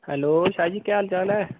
hello Shah ji केह् हाल चाल ऐ